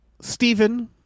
Stephen